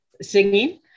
singing